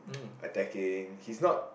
attacking he's not